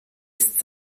ist